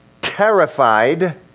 terrified